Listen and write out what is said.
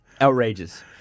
Outrageous